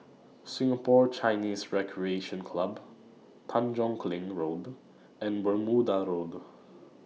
Singapore Chinese Recreation Club Tanjong Kling Road and Bermuda Road